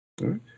right